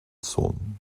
sån